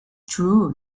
true